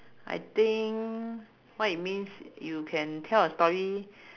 I think what it means you can tell a story